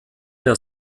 der